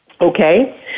Okay